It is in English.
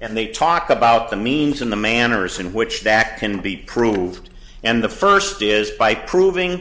and they talk about the means in the manner in which that can be proved and the first is by proving